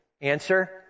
Answer